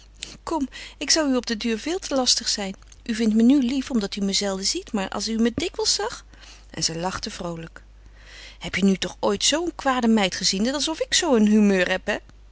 kom ik zou u op den duur veel te lastig zijn u vindt me nu lief omdat u me zelden ziet maar als u me dikwijls zag en zij lachte vroolijk heb je nu toch ooit zoo een kwade meid gezien net alsof ik zoo een humeur heb